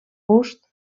gust